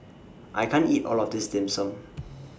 I can't eat All of This Dim Sum